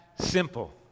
simple